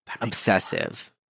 obsessive